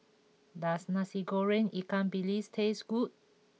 does Nasi Goreng Ikan Bilis taste good